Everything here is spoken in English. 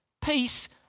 Peace